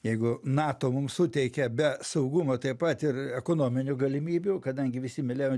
jeigu nato mums suteikia be saugumo taip pat ir ekonominių galimybių kadangi visi mieliau